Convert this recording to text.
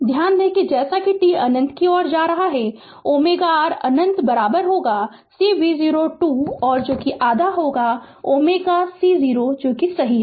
ध्यान दें कि जैसा कि t अनंत की ओर जाता है ओमेगा r अनंत C v0 2 का आधा जो कि ओमेगा C 0 सही है